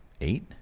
Eight